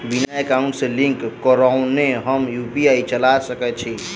बिना एकाउंट सँ लिंक करौने हम यु.पी.आई चला सकैत छी?